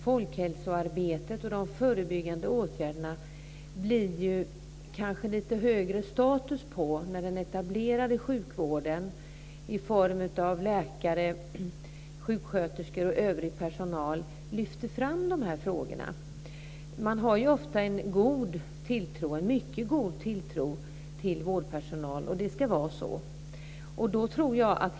Folkhälsoarbetet och de förebyggande åtgärderna får kanske en lite högre status när den etablerade sjukvården i form av läkare, sjuksköterskor och övrig personal lyfter fram frågorna. Människor har ofta en mycket god tilltro till vårdpersonal, och det ska vara så.